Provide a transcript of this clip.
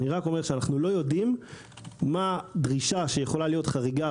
אני רק אומר שאנחנו לא יודעים מה הדרישה שיכולה להיות חריגה,